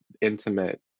intimate